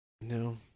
no